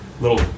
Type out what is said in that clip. Little